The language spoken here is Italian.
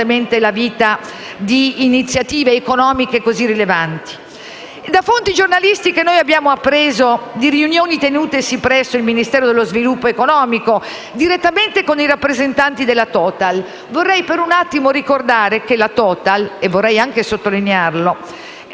Grazie a tutte